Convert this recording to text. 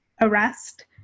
arrest